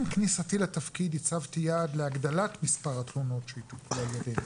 עם כניסתי לתפקיד הצבתי יעד להגדלת מספר התלונות שיטופלו על ידינו